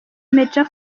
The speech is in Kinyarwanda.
major